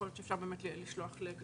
יכול להיות שאפשר לשלוח לכולם.